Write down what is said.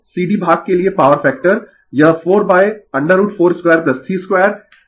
cd भाग के लिए पॉवर फैक्टर यह 4√4 23 2 08 लैगिंग है